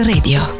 Radio